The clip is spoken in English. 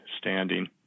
standing